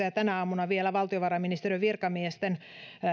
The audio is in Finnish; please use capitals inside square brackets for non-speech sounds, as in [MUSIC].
[UNINTELLIGIBLE] ja tänä aamuna vielä valtiovarainministeriön virkamiesten